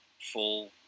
full